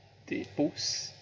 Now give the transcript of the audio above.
they post